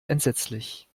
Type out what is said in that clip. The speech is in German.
entsetzlich